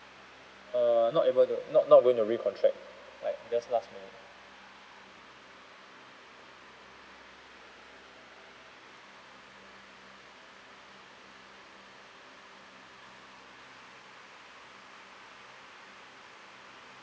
err not able to not not going to recontract right that's last minute